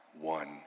one